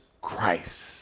Christ